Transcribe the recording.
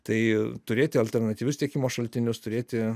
tai turėti alternatyvius tiekimo šaltinius turėti